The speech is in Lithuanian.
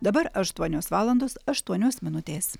dabar aštuonios valandos aštuonios minutės